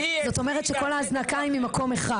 זאת אומרת שכל ההזנקה היא ממקום אחד